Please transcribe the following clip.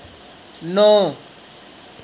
नौ